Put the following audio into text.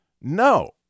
no